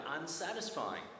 unsatisfying